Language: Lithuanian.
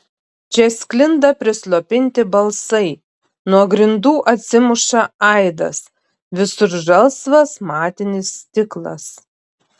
čia sklinda prislopinti balsai nuo grindų atsimuša aidas visur žalsvas matinis stiklas